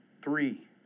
three